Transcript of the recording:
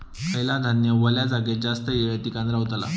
खयला धान्य वल्या जागेत जास्त येळ टिकान रवतला?